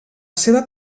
seva